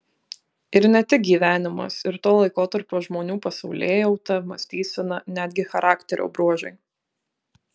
ir ne tik gyvenimas ir to laikotarpio žmonių pasaulėjauta mąstysena netgi charakterio bruožai